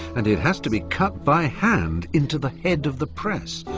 and it has to be cut by hand into the head of the press.